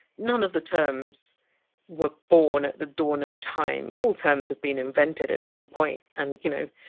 none of the terms were born at the dawn of time. all terms have been invented at some point, and, you know,